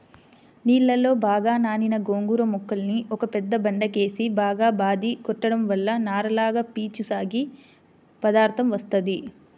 నీళ్ళలో బాగా నానిన గోంగూర మొక్కల్ని ఒక పెద్ద బండకేసి బాగా బాది కొట్టడం వల్ల నారలగా సాగి పీచు పదార్దం వత్తది